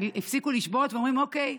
הם הפסיקו לשבות ואומרים: אוקיי,